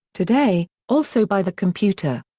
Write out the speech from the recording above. today, also by the computer.